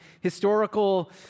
historical